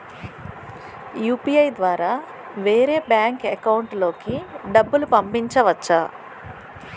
UPI ద్వారా వేరే bank account లోకి డబ్బులు పంపించవచ్చా?